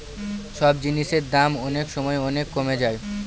সব জিনিসের দাম অনেক সময় অনেক কমে যায়